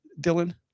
Dylan